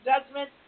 judgment